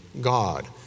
God